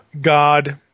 God